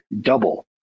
double